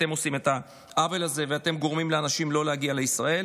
אתם עושים את העוול הזה ואתם גורמים לאנשים לא להגיע לישראל